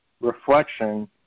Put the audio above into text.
reflection